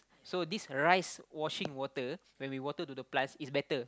so this rice washing water when we water to the plants it's better